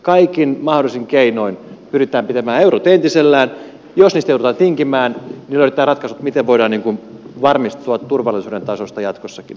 kaikin mahdollisin keinoin pyritään pitämään eurot entisellään ja jos niistä joudutaan tinkimään niin löydetään ratkaisut miten voidaan varmistua turvallisuuden tasosta jatkossakin